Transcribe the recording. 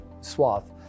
swath